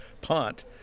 punt